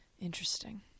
Interesting